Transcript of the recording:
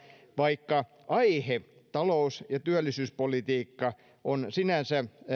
vaikka aihe talous ja työllisyyspolitiikka on sinänsä